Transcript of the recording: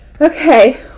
Okay